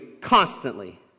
constantly